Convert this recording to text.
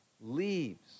leaves